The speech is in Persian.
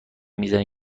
میزنه